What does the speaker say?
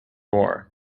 war